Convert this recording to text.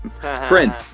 Friend